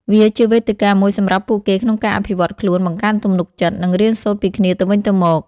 វាជាវេទិកាមួយសម្រាប់ពួកគេក្នុងការអភិវឌ្ឍខ្លួន បង្កើនទំនុកចិត្ត និងរៀនសូត្រពីគ្នាទៅវិញទៅមក។